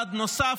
בצעד נוסף,